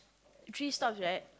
three stops right